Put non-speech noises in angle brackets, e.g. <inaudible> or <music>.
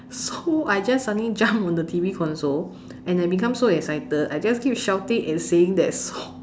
so I just suddenly jump on the T_V console and I become so excited I just keep shouting and singing that song <laughs>